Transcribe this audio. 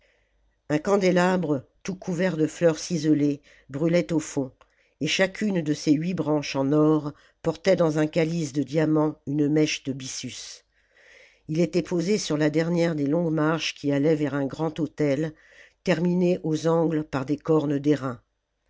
un candélabre tout couvert de fleurs ciselées brûlait au fond et chacune de ses huit branches en or portait dans un calice de diamants une mèche de byssus il était posé sur la dernière des longues marches qui allaient vers un grand autel terminé aux angles par des cornes